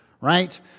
right